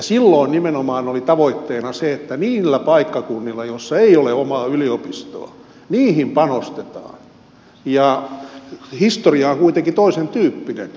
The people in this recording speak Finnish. silloin nimenomaan oli tavoitteena se että niihin paikkakuntiin joilla ei ole omaa yliopistoa panostetaan ja historia on kuitenkin toisentyyppinen